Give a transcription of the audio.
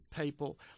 people